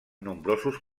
nombrosos